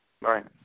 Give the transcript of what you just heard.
Right